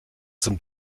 zum